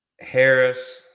Harris